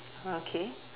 ah K